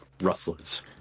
rustlers